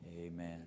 Amen